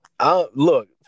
Look